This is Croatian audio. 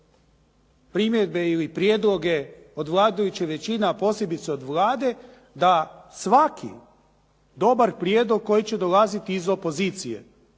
primjedbe ili prijedloge od vladajuće većine, a posebice od Vlade da svaki dobar prijedlog koji će dolaziti iz opozicije